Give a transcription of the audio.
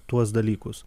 tuos dalykus